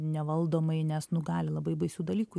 nevaldomai nes nu gali labai baisių dalykų